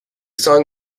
song